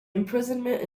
imprisonment